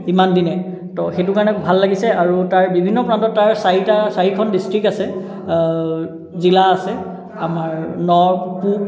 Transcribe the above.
ইমানদিনে ত' সেইটো কাৰণে ভাল লাগিছে তাৰু তাৰ বিভিন্ন প্ৰান্তত তাৰ চাৰিটা চাৰিখন ডিষ্ট্ৰিক্ট আছে জিলা আছে আমাৰ নৰ্থ